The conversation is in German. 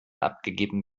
abgegeben